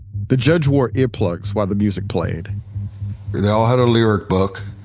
the judge wore earplugs while the music played they all had a lyric book,